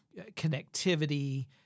connectivity